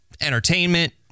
entertainment